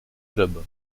club